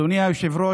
אדוני היושב-ראש,